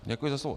Děkuji za slovo.